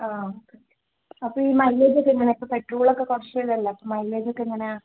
ആ അപ്പം ഈ മൈലേജൊക്കെ എങ്ങനെയാണ് ഇപ്പം പെട്രോളൊക്കെ കുറച്ചു ഇതല്ലേ അപ്പം മൈലേജൊക്കെ എങ്ങനെയാണ്